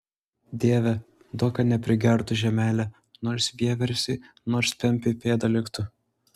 dieve duok kad neprigertų žemelė nors vieversiui nors pempei pėda liktų